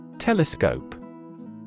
Telescope